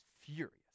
furious